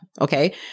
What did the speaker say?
okay